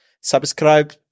subscribe